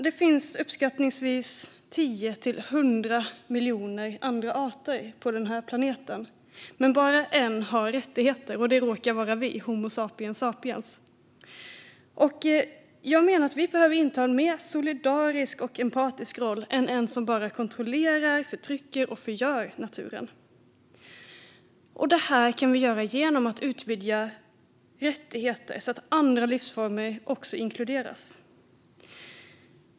Det finns uppskattningsvis 10-100 miljoner arter på den här planeten, men bara en har rättigheter. Det råkar vara vi, Homo sapiens sapiens. Jag menar att vi behöver inta en mer solidarisk och empatisk roll än en som bara kontrollerar, förtrycker och förgör naturen. Det kan vi göra genom att utvidga våra rättigheter så att också andra livsformer inkluderas.